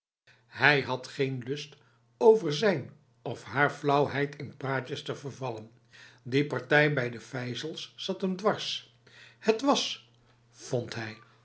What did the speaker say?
hij had geen lust over zijn of haar flauwheid in praatjes te vervallen die partij bij de vijzels zat hem dwars het was vond hij